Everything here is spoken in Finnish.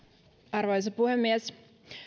arvoisa puhemies